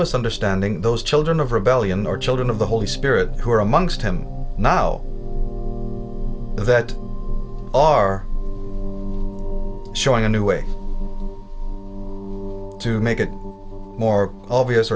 misunderstanding those children of rebellion or children of the holy spirit who are amongst him now that are showing a new way to make it more obvious